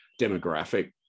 demographic